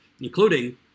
including